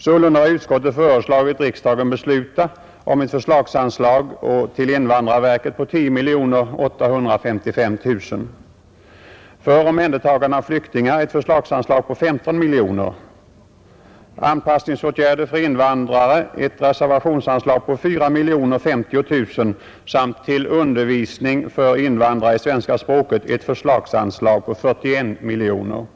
Sålunda har utskottet föreslagit riksdagen besluta om ett förslagsanslag till invandrarverket på 10 855 000 kronor, för omhändertagande av flyktingar ett förslagsanslag på 15 miljoner kronor, till anpassningsåtgärder för invandrare ett reservationsanslag på 4 050 000 kronor samt till undervisning för invandrare i svenska språket ett förslagsanslag på 41 miljoner kronor.